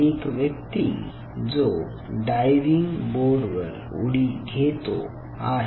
एक व्यक्ती जो डायव्हिंग बोर्डवर उडी घेतो आहे